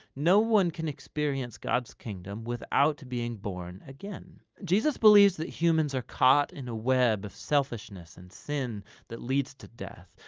no one can experience god's kingdom without being born again. jesus believes that humans are caught in a web of selfishness and sin that leads to death,